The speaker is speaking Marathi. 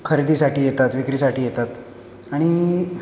खरेदीसाठी येतात विक्रीसाठी येतात आणि